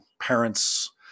parents